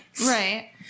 right